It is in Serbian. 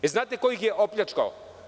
Znate ko ih je opljačkao?